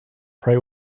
pray